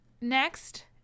next